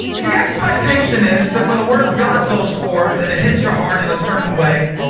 the expectation is that when the word of god goes forth and and hits your heart in a certain way,